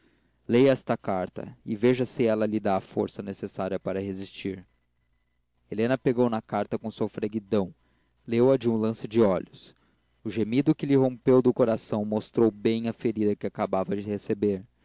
leia esta carta e veja se ela lhe dá a força necessária para resistir helena pegou na carta com sofreguidão leu-a de um lance dolhos o gemido que lhe rompeu do coração mostrou bem a ferida que acabava de receber